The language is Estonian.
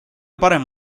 parem